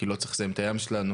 כי לא צריך לזהם את הים שלנו,